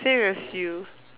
same as you